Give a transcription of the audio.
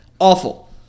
Awful